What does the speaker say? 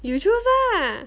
you choose lah